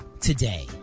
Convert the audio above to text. Today